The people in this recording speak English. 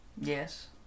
yes